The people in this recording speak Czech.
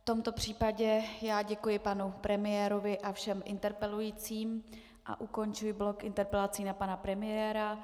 V tomto případě děkuji panu premiérovi a všem interpelujícím a ukončuji blok interpelací na pana premiéra.